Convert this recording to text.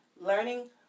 learning